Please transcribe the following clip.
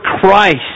Christ